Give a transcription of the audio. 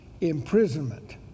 imprisonment